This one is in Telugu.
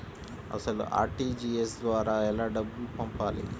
అసలు అర్.టీ.జీ.ఎస్ ద్వారా ఎలా డబ్బులు పంపాలి?